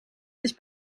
sich